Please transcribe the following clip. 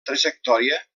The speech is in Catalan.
trajectòria